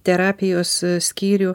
terapijos skyrių